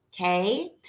okay